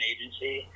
Agency